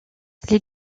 les